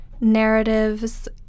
narratives